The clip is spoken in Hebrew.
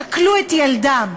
שכלו את ילדם,